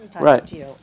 right